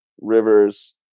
rivers